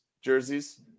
jerseys